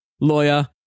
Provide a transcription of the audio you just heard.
lawyer